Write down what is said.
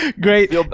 Great